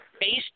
based